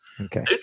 Okay